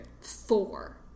Four